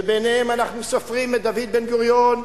שביניהם אנחנו סופרים את דוד בן-גוריון,